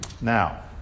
now